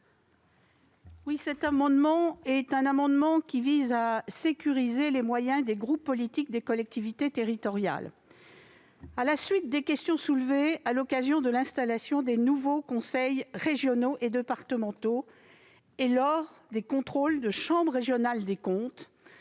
Cet amendement a pour objet de sécuriser les moyens des groupes politiques des collectivités territoriales. En réponse aux questions soulevées à l'occasion de l'installation des nouveaux conseils régionaux et conseils départementaux ou lors de contrôles de chambres régionales des comptes,